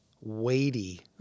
weighty